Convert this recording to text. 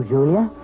Julia